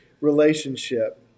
relationship